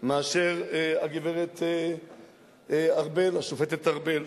מאשר הגברת ארבל, השופטת ארבל,